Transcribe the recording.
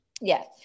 yes